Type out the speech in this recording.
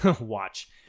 Watch